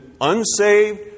unsaved